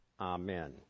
amen